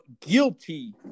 guilty